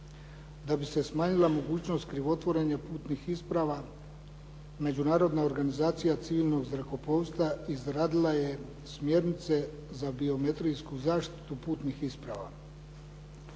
Da bi se smanjila mogućnost krivotvorenja putnih isprava Međunarodna organizacija civilnog zrakoplovstva izradila je smjernice za biometrijsku zaštitu putnih isprava.